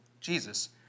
Jesus